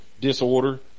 disorder